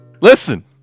Listen